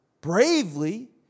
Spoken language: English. bravely